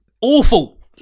Awful